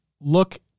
look